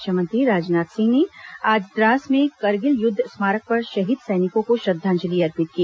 रक्षा मंत्री राजनाथ सिंह ने आज द्रास में करगिल युद्ध स्मारक पर शहीद सैनिकों को श्रद्धांजलि अर्पित की